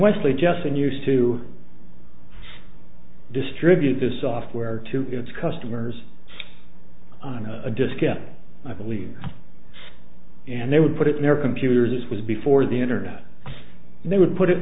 wesley justin used to distribute this software to its customers on a disk i believe and they would put it in their computers this was before the internet and they would put